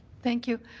thank you.